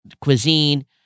cuisine